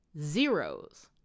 zeros